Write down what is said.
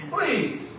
Please